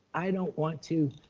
i don't want to,